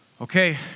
okay